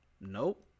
nope